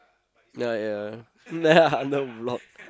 ya ya under block